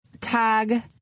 tag